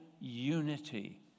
unity